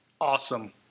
Awesome